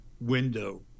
window